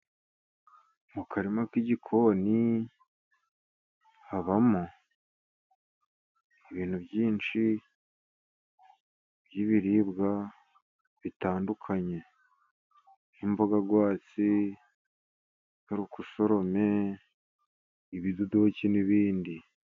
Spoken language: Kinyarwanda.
Mu karima k'igikoni habamo ibintu byinshi by'ibiribwa bitandukanye. Nk'imbogagwatsi, garukusorome, ibidodoki n'ibindi.